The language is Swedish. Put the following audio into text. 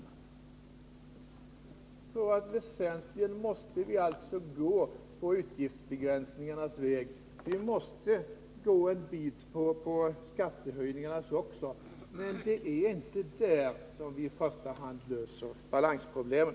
Jag tror att vi väsentligen måste gå på utgiftsbegränsningarnas väg. Och vi måste gå en bit på skattehöjningarnas också, men det är inte där vi löser balansproblemet.